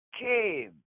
came